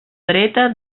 dreta